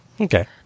Okay